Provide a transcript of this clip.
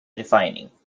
refining